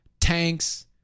tanks